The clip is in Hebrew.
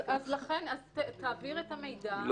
לכן תעביר את המידע לגוף הרלוונטי.